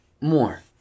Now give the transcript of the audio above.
more